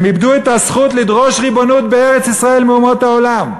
הם איבדו את הזכות לדרוש ריבונות בארץ-ישראל מאומות העולם,